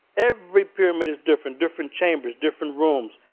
every pyramid is different, different chambers, different rooms.